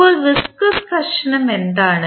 ഇപ്പോൾ വിസ്കോസ് ഘർഷണം എന്താണ്